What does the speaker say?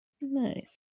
Nice